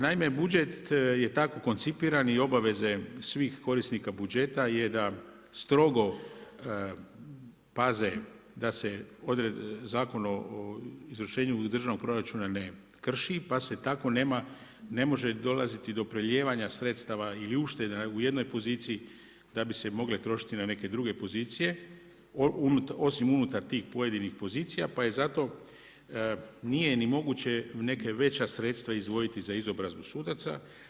Naime, budžet je tako koncipiran i obaveze svih korisnika budžeta je da strogo paze da se Zakon o izvršenju državnog proračuna ne krši pa se tako ne može dolaziti do prelijevanja sredstava ili uštede u jednoj poziciji da bi se mogle trošiti na neke druge pozicije osim unutar tih pojedinih pozicija pa je zato, nije ni moguće neka veća sredstva izdvojiti za izobrazbu sudaca.